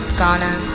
Ghana